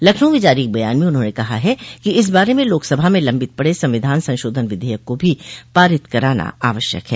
लखनऊ में जारी एक बयान में उन्होंने कहा है कि इस बारे में लोकसभा में लम्बित पड़े संविधान संशोधन विधेयक को भी पारित कराना आवश्यक है